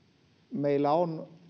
meillä on